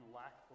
lack